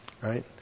right